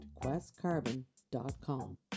questcarbon.com